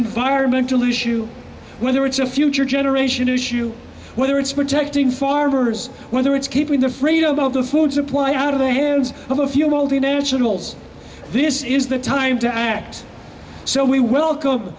environmental issue whether it's a future generation issue whether it's protecting farmers whether it's keeping the freedom of the food supply out of the hands of a few multinationals this is the time to act so we welcome